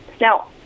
Now